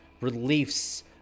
reliefs